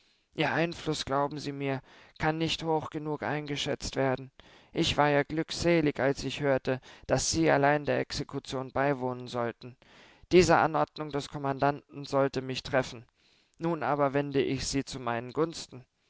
ihr einfluß glauben sie mir kann nicht hoch genug eingeschätzt werden ich war ja glückselig als ich hörte daß sie allein der exekution beiwohnen sollten diese anordnung des kommandanten sollte mich treffen nun aber wende ich sie zu meinen gunsten